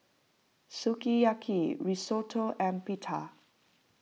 Sukiyaki Risotto and Pita